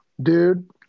Dude